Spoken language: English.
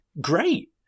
great